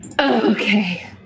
Okay